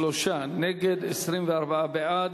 33 נגד, 24 בעד.